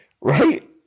Right